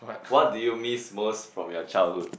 what do you miss most from your childhood